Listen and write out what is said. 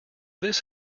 this